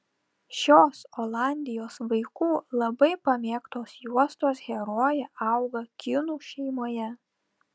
šios olandijos vaikų labai pamėgtos juostos herojė auga kinų šeimoje